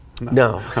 No